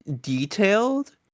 detailed